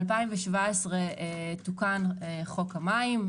ב-2017 תוקן חוק המים.